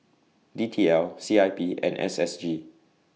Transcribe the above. D T L C I P and S S G